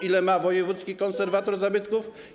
Ile ma wojewódzki konserwator zabytków?